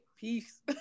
Peace